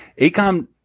Acom